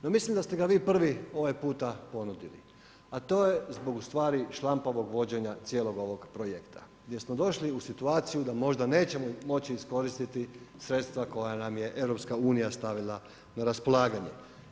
No, mislim da ste ga vi prvi ovaj puta ponudili, a to je zbog ustvari, šlampavog vođenja cijelog ovog projekta gdje smo došli u situaciju da možda nećemo moći iskoristiti sredstva koja nam je EU stavila na raspolaganje.